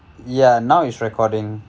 ya now is recording